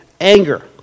Anger